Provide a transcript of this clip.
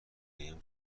بهمون